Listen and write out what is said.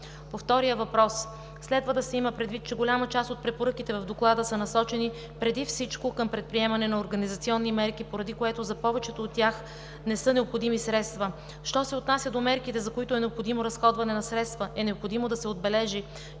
По втория въпрос следва да се има предвид, че голяма част от препоръките в Доклада са насочени преди всичко към предприемане на организационни мерки, поради което за повечето от тях не са необходими средства. Що се отнася до мерките, за които е необходимо разходване на средства, е необходимо да се отбележи,